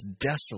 desolate